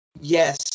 Yes